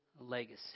legacy